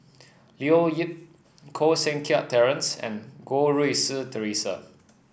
Leo Yip Koh Seng Kiat Terence and Goh Rui Si Theresa